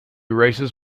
races